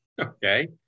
okay